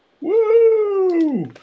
Woo